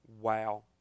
wow